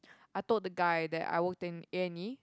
I told the guy that I work in A and E